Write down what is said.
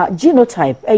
genotype